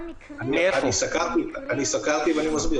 סקרתי ואני מסביר,